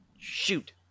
Shoot